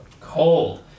Cold